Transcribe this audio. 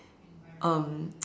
um